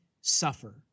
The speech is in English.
suffer